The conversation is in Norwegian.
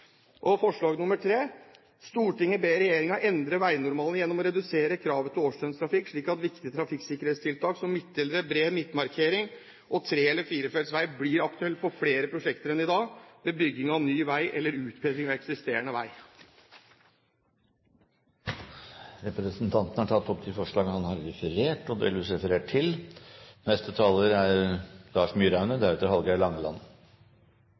forslag nr. 3: «Stortinget ber regjeringen endre vegnormalene gjennom å redusere kravet til årsdøgnstrafikk slik at viktige trafikksikkerhetstiltak som midtdelere, bred midtmarkering og 3- eller 4-feltsvei, blir aktuelt på flere prosjekter enn i dag ved bygging av ny vei eller utbedring av eksisterende vei.» Representanten Bård Hoksrud har tatt opp de forslagene han refererte til, og de forslagene han refererte.